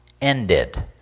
ended